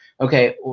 okay